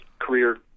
career